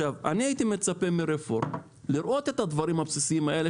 אני הייתי מצפה מרפורמה לראות את הדברים הבסיסיים האלה